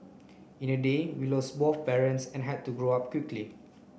in a day we lost both parents and had to grow up quickly